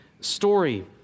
story